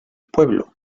pueblo